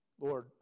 Lord